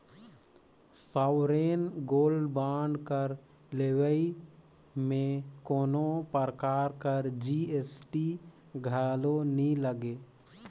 sovereign gold bond कर लेवई में कोनो परकार कर जी.एस.टी घलो नी लगे